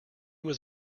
was